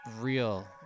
real